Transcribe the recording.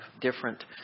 different